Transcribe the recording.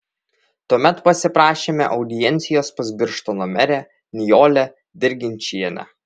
tuomet pasiprašėme audiencijos pas birštono merę nijolę dirginčienę